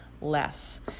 less